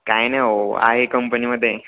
काय ना अहो आहे कंपनीमध्ये आहे